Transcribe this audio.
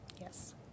yes